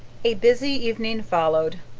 a busy evening followed.